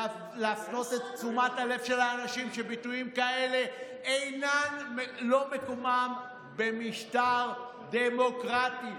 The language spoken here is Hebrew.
להפנות את תשומת הלב של האנשים שביטויים כאלה אין מקומם במשטר דמוקרטי,